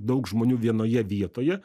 daug žmonių vienoje vietoje